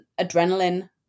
adrenaline